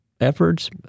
efforts